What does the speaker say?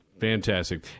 Fantastic